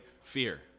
fear